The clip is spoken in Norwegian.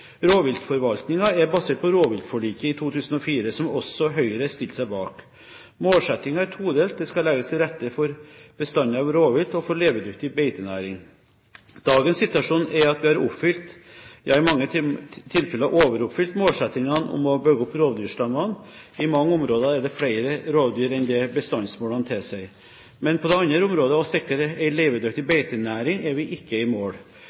er basert på rovviltforliket i 2004, som også Høyre stilte seg bak. Målsettingen er todelt. Det skal legges til rette for bestander av rovvilt og for levedyktig beitenæring. Dagens situasjon er at vi har oppfylt – ja, i mange tilfeller overoppfylt – målsettingene om å bygge opp rovdyrstammene. I mange områder er det flere rovdyr enn det bestandsmålene tilsier. Men på det andre området, å sikre en levedyktig beitenæring, er vi ikke i mål.